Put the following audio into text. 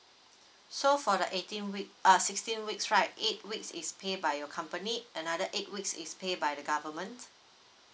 so for the eighteen week uh a sixteen weeks right eight weeks is paid by your company another eight weeks is paid by the government